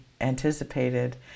anticipated